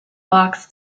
box